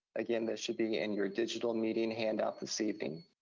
again, this should be in your digital meeting handout this evening.